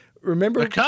Remember